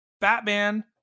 Batman